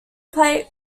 plate